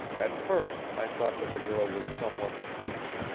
at first i thought that the girl was somewhat piqued,